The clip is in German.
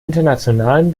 internationalen